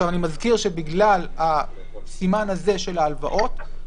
אני מזכיר שבגלל הסימן הזה של ההלוואות,